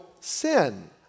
sin